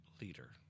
leader